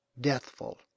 DEATHFUL